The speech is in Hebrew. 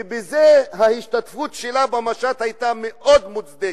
ובזה ההשתתפות שלה במשט היתה מאוד מוצדקת.